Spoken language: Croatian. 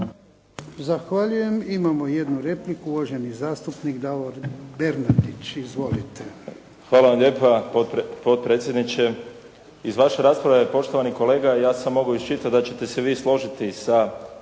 Zahvaljujem. Imamo jednu repliku, uvaženi zastupnik Davor Bernardić. Izvolite. **Bernardić, Davor (SDP)** Hvala vam lijepa potpredsjedniče. Iz vaše rasprave, poštovani kolega ja sam mogao iščitati da ćete se vi složiti sa